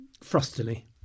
frostily